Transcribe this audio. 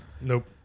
Nope